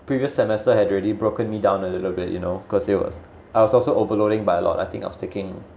previous semester had already broken me down a little bit you know because it was I was also overloading by a lot I think I was taking